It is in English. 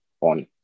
on